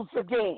again